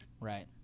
Right